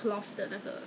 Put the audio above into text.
I think ya